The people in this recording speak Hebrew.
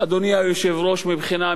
אדוני היושב-ראש, מבחינה מדינית,